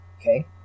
okay